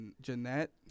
jeanette